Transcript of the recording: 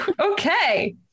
okay